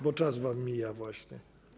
Bo czas wam mija właśnie.